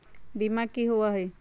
बीमा की होअ हई?